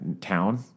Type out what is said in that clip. town